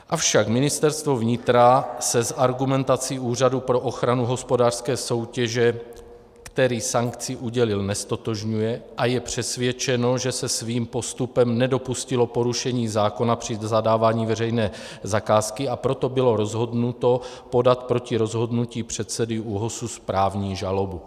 Avšak Ministerstvo vnitra se s argumentací Úřadu pro ochranu hospodářské soutěže, který sankci udělil, neztotožňuje a je přesvědčeno, že se svým postupem nedopustilo porušení zákona při zadávání veřejné zakázky, a proto bylo rozhodnuto podat proti rozhodnutí předsedy ÚOHS správní žalobu.